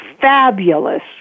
fabulous